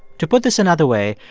to put this another way,